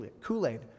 Kool-Aid